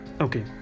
Okay